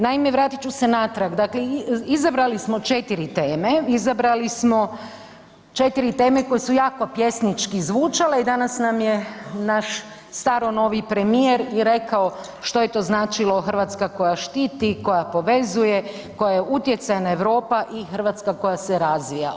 Naime, vratit ću se natrag, dakle izabrali smo četiri teme, izabrali smo četiri teme koje su jako pjesnički zvučale i danas nam je naš staro-novi premijer i rekao što je to značilo Hrvatska koja štiti, koja povezuje, koja je utjecajna Europa i Hrvatska koja se razvija.